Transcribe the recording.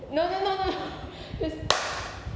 no no no no no just